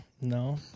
No